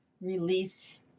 release